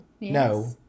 No